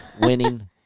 winning